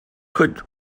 could